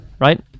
right